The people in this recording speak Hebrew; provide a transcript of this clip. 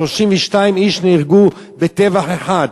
32 איש נהרגו בטבח אחד,